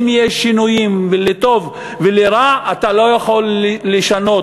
אם יש שינויים לטוב ולרע אתה לא יכול לשנות.